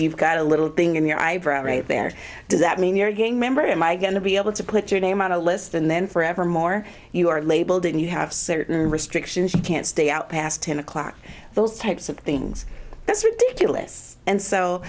you've got a little thing in your eyebrow right there does that mean you're a gang member am i going to be able to put your name on a list and then forevermore you are labeled and you have certain restrictions you can't stay out past ten o'clock those types of things that's ridiculous and so